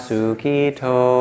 Sukito